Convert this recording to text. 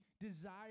desire